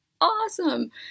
awesome